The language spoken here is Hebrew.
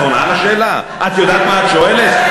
כשמדברים על שיטת המשילות,